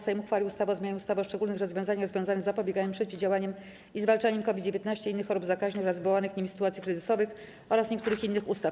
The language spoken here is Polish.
Sejm uchwalił ustawę o zmianie ustawy o szczególnych rozwiązaniach związanych z zapobieganiem, przeciwdziałaniem i zwalczaniem COVID-19 i innych chorób zakaźnych oraz wywołanych nimi sytuacji kryzysowych oraz niektórych innych ustaw.